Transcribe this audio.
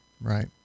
Right